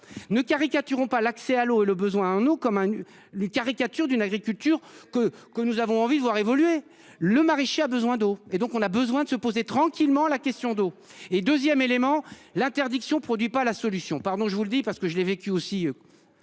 Ne caricaturons pas l'accès à l'eau et le besoin nous comme un nu les caricatures d'une agriculture que que nous avons envie de voir évoluer le maraîcher a besoin d'eau et donc on a besoin de se poser tranquillement la question d'eau et 2ème élément l'interdiction produit pas la solution. Pardon, je vous le dis parce que je l'ai vécu aussi.